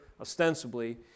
ostensibly